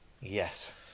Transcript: Yes